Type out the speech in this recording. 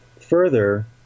further